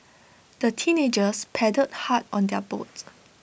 the teenagers paddled hard on their boats